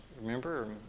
Remember